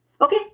Okay